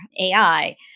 AI